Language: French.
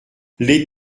les